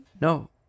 No